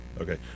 Okay